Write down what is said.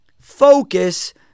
Focus